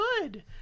good